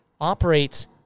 operates